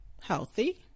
Healthy